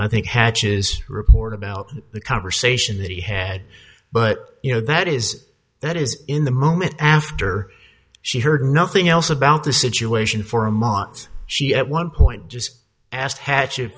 i think hatch's report about the conversation that he had but you know that is that is in the moment after she heard nothing else about the situation for a moment she at one point just asked hatche